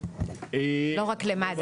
לא רק למד"א.